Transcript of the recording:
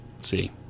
See